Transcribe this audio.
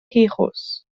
hijos